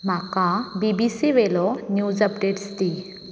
म्हाका B B C वेयलो news updates दी